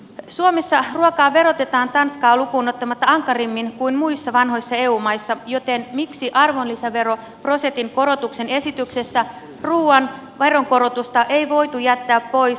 suomessa ruokaa verotetaan tanskaa lukuun ottamatta ankarammin kuin muissa vanhoissa eu maissa joten miksi arvonlisäveroprosentin korotusesityksessä ruuan veronkorotusta ei voitu jättää pois